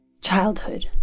Childhood